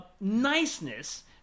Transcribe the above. niceness